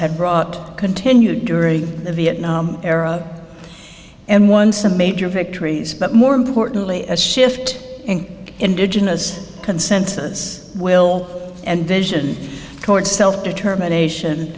have brought continued during the vietnam era and once the major victories but more importantly a shift in indigenous consensus will and vision court self determination